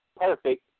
perfect